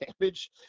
damage